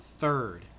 third